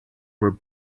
were